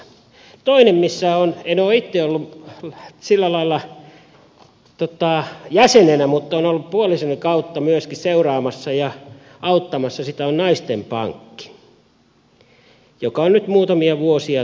toinen en ole itse ollut sillä lailla jäsenenä mutta olen ollut puolisoni kautta seuraamassa ja auttamassa myöskin sitä on naisten pankki joka on toiminut nyt muutamia vuosia